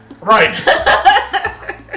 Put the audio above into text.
Right